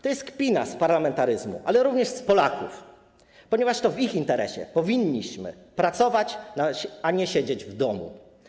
To jest kpina z parlamentaryzmu, ale również z Polaków, ponieważ w ich interesie powinniśmy pracować, a nie siedzieć w domu.